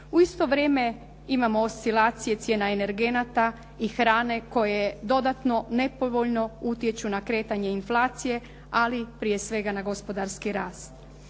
U isto vrijeme imamo oscilacije cijena energenata i hrane koje dodatno nepovoljno utječu na kretanje inflacije, ali prije svega na gospodarski rast.